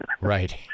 Right